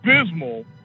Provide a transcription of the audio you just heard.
abysmal